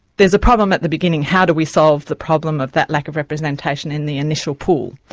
there's a problem at the beginning how do we solve the problem of that lack of representation in the initial pool?